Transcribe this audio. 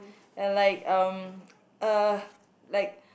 and like um uh like